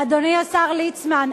אדוני השר ליצמן,